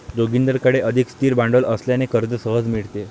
जोगिंदरकडे अधिक स्थिर भांडवल असल्याने कर्ज सहज मिळते